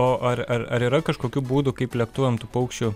o ar ar ar yra kažkokių būdų kaip lėktuvam tų paukščių